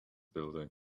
building